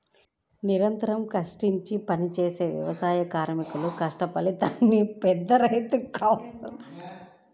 నిరంతరం కష్టించి పనిజేసే వ్యవసాయ కార్మికుల కష్టఫలాన్ని పెద్దరైతులు, కౌలుదారులు దోచుకుంటన్నారు